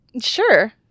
Sure